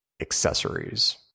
accessories